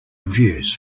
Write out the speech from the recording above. reviews